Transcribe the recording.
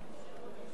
נא לשבת,